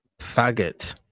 faggot